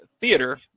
theater